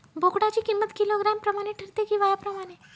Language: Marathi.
बोकडाची किंमत किलोग्रॅम प्रमाणे ठरते कि वयाप्रमाणे?